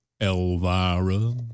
Elvira